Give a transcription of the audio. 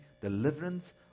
deliverance